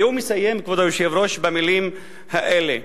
והוא מסיים, כבוד היושב-ראש, במלים האלה,